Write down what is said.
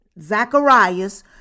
Zacharias